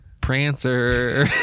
Prancer